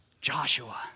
Joshua